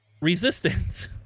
Resistance